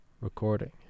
Recording